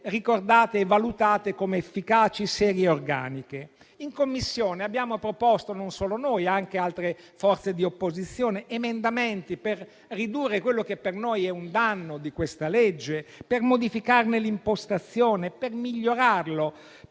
ricordate e valutate come efficaci, serie e organiche. In Commissione abbiamo proposto emendamenti - non solo noi, ma anche altre forze di opposizione - per ridurre quello che per noi è un danno di questa legge, per modificarne l'impostazione, per migliorarlo,